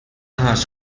حاج